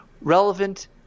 relevant